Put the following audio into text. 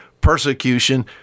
persecution